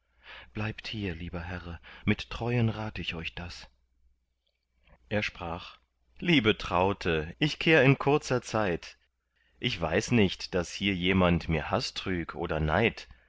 bleibt hier lieber herre mit treuen rat ich euch das er sprach liebe traute ich kehr in kurzer zeit ich weiß nicht daß hier jemand mir haß trüg oder neid